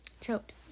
choked